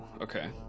Okay